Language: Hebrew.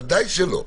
ודאי שלא.